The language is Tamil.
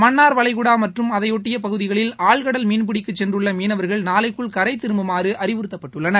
மன்னார் வளைகுடா மற்றும் அதையொட்டிய பகுதிகளில் ஆழ்கடல் மீன்பிடிப்புக்குச் சென்றுள்ள மீனவர்கள் நாளைக்குள் கரை திரும்புமாறு அறிவுறுத்தப்பட்டுள்ளனர்